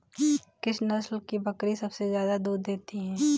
किस नस्ल की बकरी सबसे ज्यादा दूध देती है?